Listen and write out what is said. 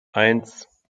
eins